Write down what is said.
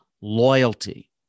loyalty